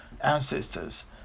ancestors